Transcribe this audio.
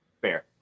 Fair